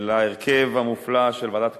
להרכב המופלא של ועדת הכלכלה.